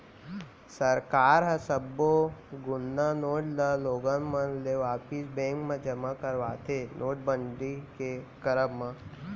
सरकार ह सब्बो जुन्ना नोट ल लोगन मन ले वापिस बेंक म जमा करवाथे नोटबंदी के करब म